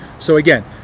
so again,